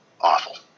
Awful